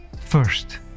First